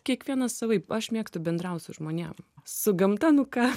kiekvienas savaip aš mėgstu bendraut su žmonėm su gamta nu ką